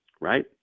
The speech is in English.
right